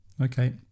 Okay